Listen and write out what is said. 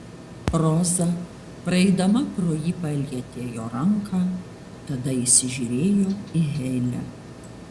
roza praeidama pro jį palietė jo ranką tada įsižiūrėjo į heile